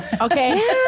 Okay